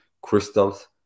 crystals